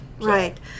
Right